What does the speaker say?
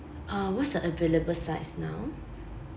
uh what's the available sides now